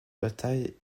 bataille